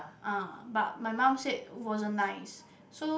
ah but my mum said wasn't nice so